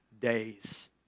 days